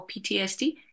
PTSD